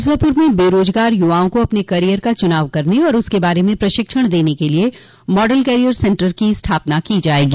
मिर्जापुर में बेरोजगार युवाओं को अपने कैरियर का चूनाव करने और उसके बारे में प्रशिक्षण देने के लिए मॉडल कैरियर सेंटर की स्थापना की जायेगी